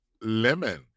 Lemon